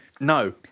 No